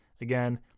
Again